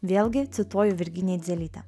vėlgi cituoju virginija eidzelytę